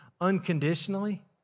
unconditionally